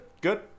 Good